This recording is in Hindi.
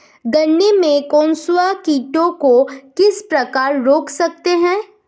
गन्ने में कंसुआ कीटों को किस प्रकार रोक सकते हैं?